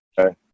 okay